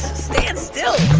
stand still